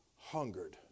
hungered